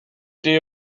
day